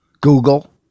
Google